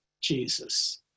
jesus